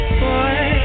boy